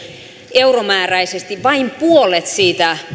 euromääräisesti vain puolet siitä